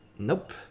Nope